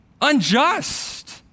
unjust